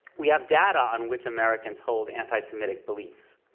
we have data on which americans hold anti-semitic beliefs.